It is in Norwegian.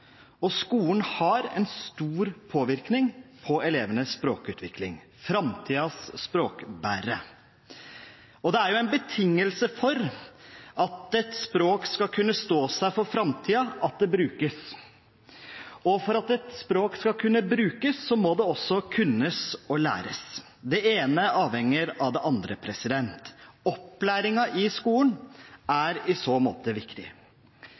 har. Skolen har en stor påvirkning på elevenes språkutvikling – framtidens språkbærere. Det er en betingelse for at et språk skal kunne stå seg for framtiden, at det brukes, og for at et språk skal kunne brukes, må det også kunnes og læres – det ene avhenger av det andre. Opplæringen i skolen er i så måte viktig.